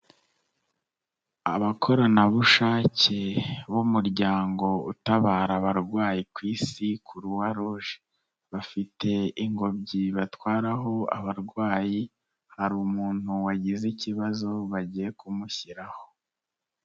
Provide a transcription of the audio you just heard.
Abakorana bushake b'umuryango utabara abarwayi ku isi Croix Rouge, bafite ingobyi batwaraho abarwayi, hari umuntu wagize ikibazo bagiye kumushyiraho.